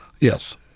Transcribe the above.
Yes